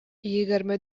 егерме